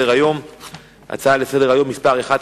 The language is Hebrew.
כתוצאה מהחבטה הוא איבד את הכרתו והוא מאושפז במצב אנוש בבית-חולים.